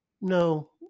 No